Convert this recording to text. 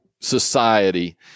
society